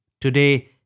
today